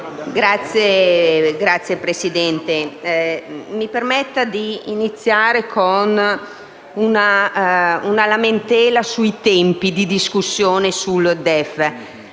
Signor Presidente, mi permetta di iniziare con una lamentela sui tempi della discussione sul DEF.